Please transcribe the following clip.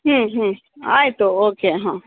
ಹ್ಞೂ ಹ್ಞೂ ಆಯಿತು ಓಕೆ ಹಾಂ